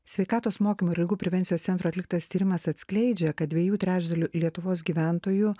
sveikatos mokymo ir ligų prevencijos centro atliktas tyrimas atskleidžia kad dviejų trečdalių lietuvos gyventojų